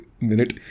minute